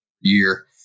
year